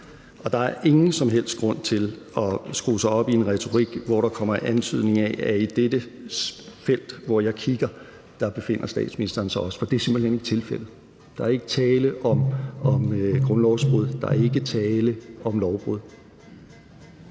og der er ingen som helst grund til at skrue sig op i en retorik, hvor der kommer en antydning af, at i dette felt, hvor jeg kigger, befinder statsministeren sig også. For det er simpelt hen ikke tilfældet. Der er ikke tale om grundlovsbrud, der er ikke tale om lovbrud.